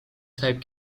type